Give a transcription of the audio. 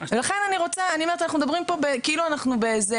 לכן אנחנו מדברים פה כאילו אנחנו באיזה